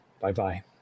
Bye-bye